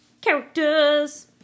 characters